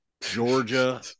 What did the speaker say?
georgia